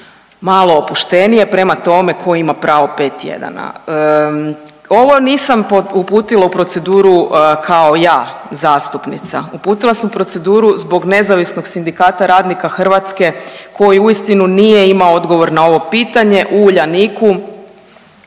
malo opuštenije prema tome tko ima pravo 5 tjedana. Ovo nisam uputila u proceduru kao ja zastupnica. Uputila sam u proceduru zbog Nezavisnog sindikata radnika Hrvatske koji uistinu nije imao odgovor na ovo pitanje. U Uljaniku